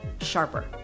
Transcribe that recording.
sharper